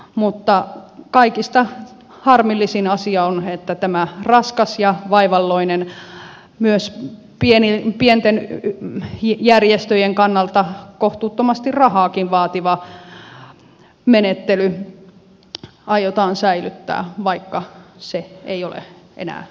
mutta kaikista harmillisin asia on että tämä raskas ja vaivalloinen myös pienten järjestöjen kannalta kohtuuttomasti rahaakin vaativa menettely aiotaan säilyttää vaikka se ei ole enää nykypäivää